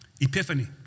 epiphany